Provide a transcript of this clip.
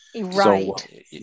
Right